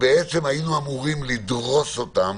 שבעצם היינו אמורים לדרוס אותם